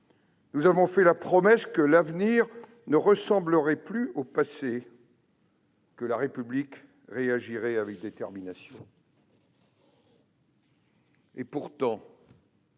nous avons fait la promesse que l'avenir ne ressemblerait plus au passé, que la République réagirait avec détermination. Et pourtant,